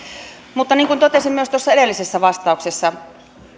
niin kuin totesin myös tuossa edellisessä vastauksessa